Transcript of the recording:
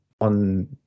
on